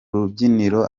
rubyiniro